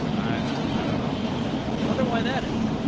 i um i don't know. yeah, i wonder why that is.